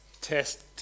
test